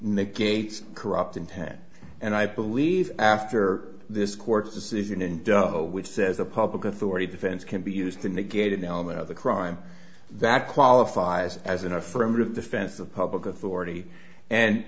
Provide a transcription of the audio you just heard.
negates corrupt intent and i believe after this court's decision in which says a public authority defense can be used to negate an element of the crime that qualifies as an affirmative defense of public authority and